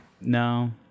No